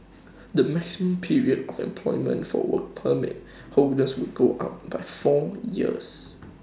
the maximum period of employment for Work Permit holders will go up by four years